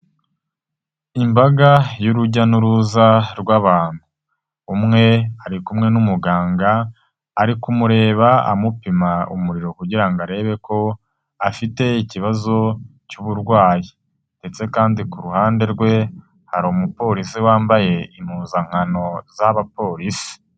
Imbaga y'urujya n'uruza rw'abantu, umwe ari kumwe n'umuganga, ari kumureba amupima umuriro kugira ngo arebe ko afite ikibazo cy'uburwayi ndetse kandi ku ruhande rwe, hari umupolisi wambaye impuzankano z'abapolisi.